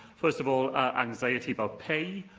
first of all, anxiety about pay,